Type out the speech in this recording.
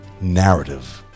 narrative